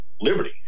liberty